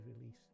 release